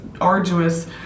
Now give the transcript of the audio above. arduous